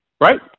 Right